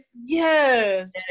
yes